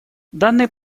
данный